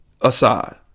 aside